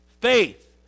Faith